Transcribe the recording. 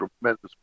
tremendous